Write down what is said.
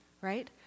right